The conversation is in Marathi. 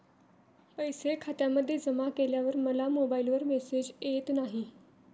पैसे खात्यामध्ये जमा केल्यावर मला मोबाइलवर मेसेज येत नाही?